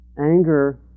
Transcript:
anger